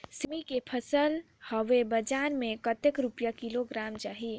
सेमी के फसल हवे बजार मे कतेक रुपिया किलोग्राम जाही?